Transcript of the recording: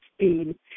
speed